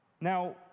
Now